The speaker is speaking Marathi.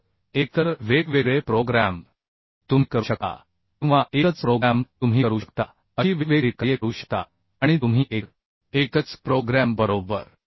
तर एकतर वेगवेगळे प्रोग्रॅम तुम्ही करू शकता किंवा एकच प्रोग्रॅम तुम्ही करू शकता अशी वेगवेगळी कार्ये करू शकता आणि तुम्ही एक एकच प्रोग्रॅम बरोबर